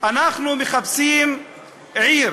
אנחנו מחפשים עיר.